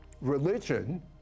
religion